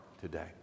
today